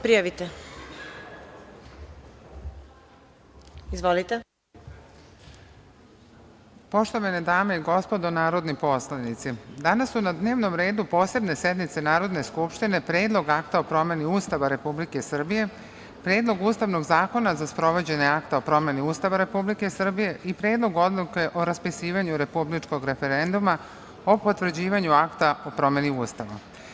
Poštovane dame i gospodo narodni poslanici, danas su na dnevnom redu Posebne sednice Narodne skupštine Predlog akta o promeni Ustava Republike Srbije, Predlog ustavnog zakona za sprovođenje Akta o promeni Ustava Republike Srbije i Predlog odluke o raspisivanju republičkog referenduma o potvrđivanju Akta o promeni Ustava.